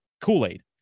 Kool-Aid